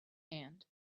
hand